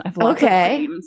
Okay